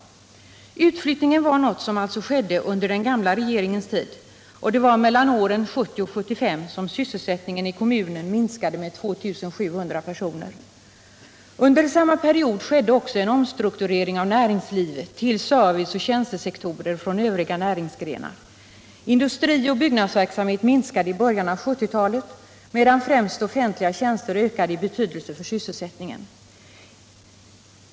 Utflyttningen var något som alltså skedde under den gamla regeringens tid, och det var mellan åren 1970 och 1975 som antalet sysselsatta i kommunen minskade med 2 700 personer. Under samma period skedde också en omstrukturering av näringslivet till serviceoch tjänstesektorer från övriga näringsgrenar. Industri och byggnadsverksamhet minskade i början av 1970-talet medan främst offentliga tjänster ökade i betydelse för sysselsättningen.